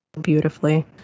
beautifully